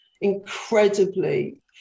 incredibly